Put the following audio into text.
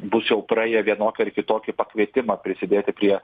bus jau praėję vienokį ar kitokį pakvietimą prisidėti prie